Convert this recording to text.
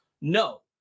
no